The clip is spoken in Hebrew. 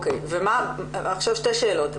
שתי שאלות.